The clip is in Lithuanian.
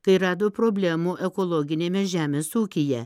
kai rado problemų ekologiniame žemės ūkyje